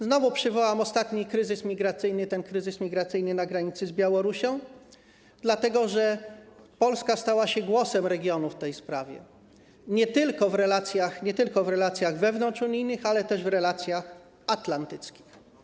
Znowu przywołam ostatni kryzys migracyjny, ten kryzys migracyjny na granicy z Białorusią, dlatego że Polska stała się głosem regionu w tej sprawie, nie tylko w relacjach wewnątrzunijnych, ale też w relacjach atlantyckich.